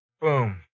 boom